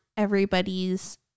everybody's